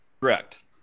Correct